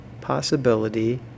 possibility